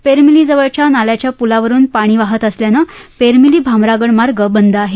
पेरमिलीजवळच्या नाल्याच्या पुलावरुन पाणी वाहत असल्याने पेरमिली भामरागड मार्ग बंद आहे